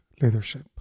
leadership